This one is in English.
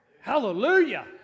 Hallelujah